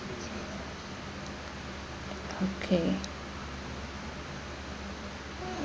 okay